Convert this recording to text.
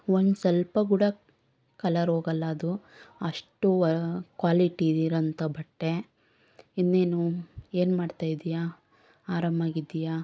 ಒಂದು ಸ್ವಲ್ಪ ಕೂಡ ಕಲರ್ ಹೋಗಲ್ಲ ಅದು ಅಷ್ಟು ಕ್ವಾಲಿಟಿ ಇರೋಂಥ ಬಟ್ಟೆ ಇನ್ನೇನು ಏನು ಮಾಡ್ತಾಯಿದ್ದೀಯಾ ಆರಾಮಾಗಿ ಇದ್ದೀಯಾ